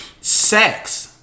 Sex